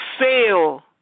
fail